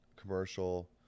commercial